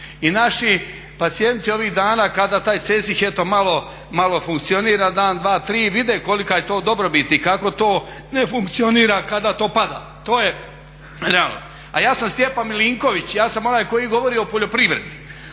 I naši pacijenti ovih dana kada taj CEZIH eto malo funkcionira dan, dva, tri, vide kolika je to dobrobit i kako to ne funkcionira, kada to pada. To je realnost. A ja sam Stjepan Milinković ja sam onaj koji govori o poljoprivredi.